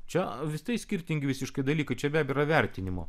čia visai skirtingi visiškai dalykai čia bėda yra vertinimo